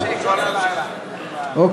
חופשי, כל הלילה, אין בעיה.